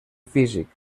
físic